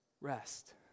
Rest